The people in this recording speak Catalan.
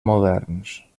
moderns